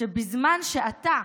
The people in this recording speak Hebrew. שבזמן שאתה,